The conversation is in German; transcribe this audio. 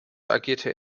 agierte